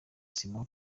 simon